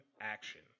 action